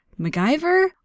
MacGyver